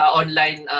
online